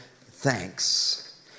thanks